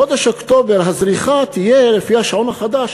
בחודש אוקטובר, הזריחה תהיה, לפי השעון החדש,